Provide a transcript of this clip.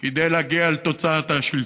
כדי להגיע לתוצאת השלטון.